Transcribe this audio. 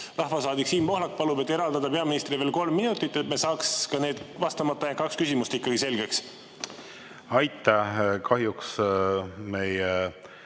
rahvasaadik Siim Pohlak palub eraldada peaministrile veel kolm minutit, et me saaksime ka need vastamata jäänud kaks küsimust ikkagi selgeks? Aitäh! Kahjuks meie